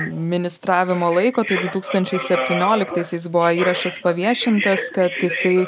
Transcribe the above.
ministravimo laiko tai du tūkstančiai septynioliktaisiais buvo įrašas paviešintas kad jisai